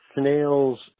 snails